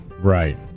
right